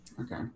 Okay